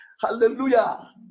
hallelujah